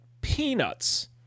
Peanuts